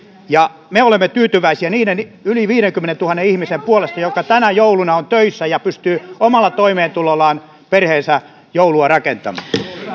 me olemme tyytyväisiä niiden yli viidenkymmenentuhannen ihmisen puolesta jotka tänä jouluna ovat töissä ja pystyvät omalla toimeentulollaan perheensä joulua rakentamaan